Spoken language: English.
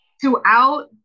throughout